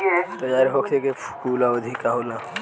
तैयार होखे के कूल अवधि का होला?